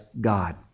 God